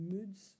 Moods